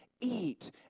Eat